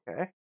okay